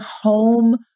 home